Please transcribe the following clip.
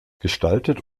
gestaltet